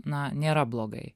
na nėra blogai